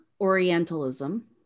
Orientalism